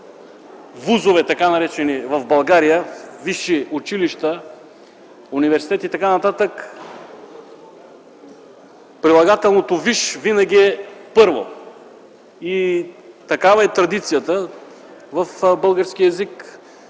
вузове - така наречени в България висши училища, университети и така нататък, прилагателното „висш” винаги е първо. Такава е традицията в българския език,